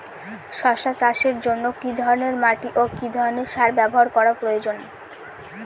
শশা চাষের জন্য কি ধরণের মাটি ও কি ধরণের সার ব্যাবহার করা প্রয়োজন?